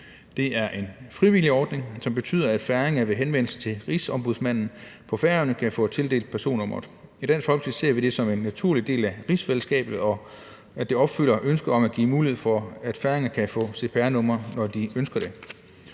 Det er en frivillig ordning, som betyder, at færinger ved henvendelse til Rigsombudsmanden på Færøerne kan få tildelt personnummeret. I Dansk Folkeparti ser vi det som en naturlig del af rigsfællesskabet, og det opfylder ønsket om at give mulighed for, at færinger kan få cpr-numre, når de ønsker det.